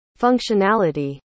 functionality